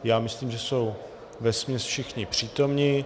Já myslím, že jsou vesměs všichni přítomni.